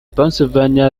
pennsylvania